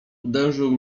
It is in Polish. uderzał